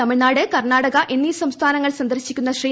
തമിഴ്നാട് കർണാടക എന്നീ സംസ്ഥാനങ്ങൾ സന്ദർശിക്കുന്ന ശ്രീ